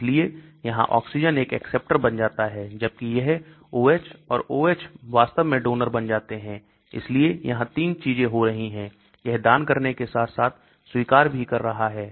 इसलिए यहां ऑक्सीजन एक एक्सेप्टर बन जाता है जबकि यह O H और O H वास्तव में डोनर बन जाते हैं इसलिए यहां 3 चीजें हो रही हैं यह दान करने के साथ साथ स्वीकार भी कर रहा है